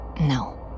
No